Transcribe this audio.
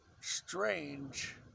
strange